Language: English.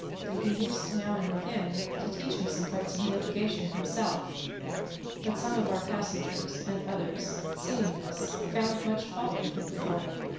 that he used now and then to teach me some parts of navigation himself but some of our passengers, and others, seeing this, found much fault with him for it,